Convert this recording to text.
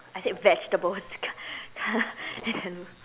I said vegetables